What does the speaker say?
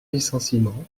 licenciement